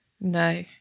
No